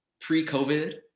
pre-COVID